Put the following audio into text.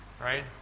right